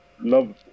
love